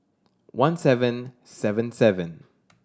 one seven seven seven